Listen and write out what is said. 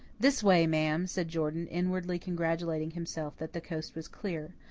this way, ma'am, said jordan, inwardly congratulating himself that the coast was clear.